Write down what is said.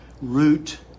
root